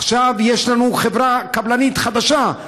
עכשיו יש לנו חברה קבלנית חדשה,